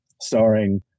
starring